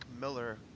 Miller